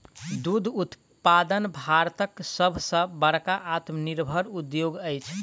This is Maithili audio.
दूध उत्पादन भारतक सभ सॅ बड़का आत्मनिर्भर उद्योग अछि